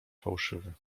fałszywy